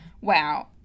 Wow